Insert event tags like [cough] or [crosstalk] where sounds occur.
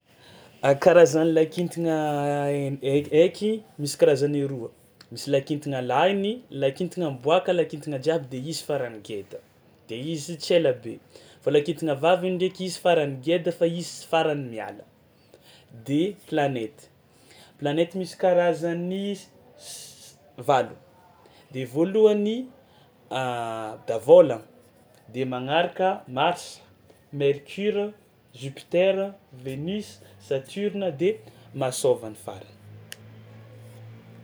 A karazany lakintagna hai- haikihaiky, misy karazany roa: misy lakintagna lahiny lakintagna miboaka lakintagna jiaby de izy faran'ny geda de izy tsy elabe, fa lakintagna vavy igny ndraiky izy farany geda fa izy faran'ny miala; de planety planety misy karazany s- valo de voalohany [hesitation] davôlagna de magnaraka Mars, Mercure, Jupiter, Venus, Saturne de masôva ny farany.